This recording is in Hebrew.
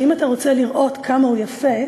שאם אתה רוצה לראות כמה הוא יפה,